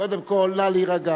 קודם כול, נא להירגע.